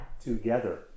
together